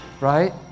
right